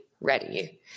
ready